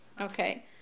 Okay